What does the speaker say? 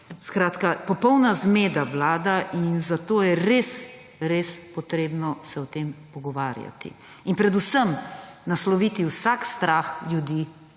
Skratka, popolna zmeda vlada in zato se je res treba o tem pogovarjati in predvsem nasloviti vsak strah ljudi,